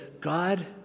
God